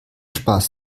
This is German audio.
spaß